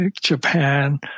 Japan